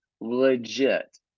legit